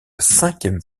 cinquième